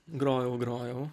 grojau grojau